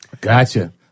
Gotcha